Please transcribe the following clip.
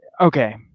Okay